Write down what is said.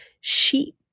sheep